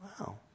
Wow